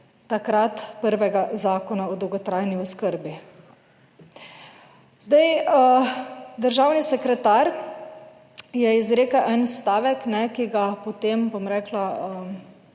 takrat prvega Zakona o dolgotrajni oskrbi. Zdaj državni sekretar je izrekel en stavek, ki ga potem, bom rekla,